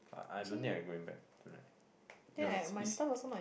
I I don't think I going back tonight no no it's it's